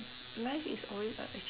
life is always a achievement